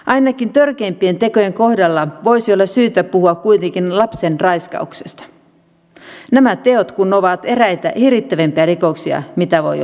ainakin törkeimpien tekojen kohdalla voisi olla syytä puhua kuitenkin lapsen raiskauksesta nämä teot kun ovat eräitä hirvittävimpiä rikoksia mitä voi olla